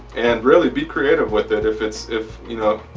and really be creative with it, if it's if you know